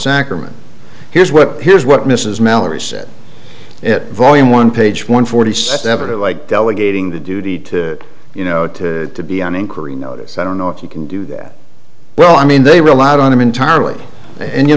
sacrament here's what here's what mrs meller said it volume one page one forty seven it like delegating the duty to you know to be on inquiry notice i don't know if you can do that well i mean they relied on them entirely and you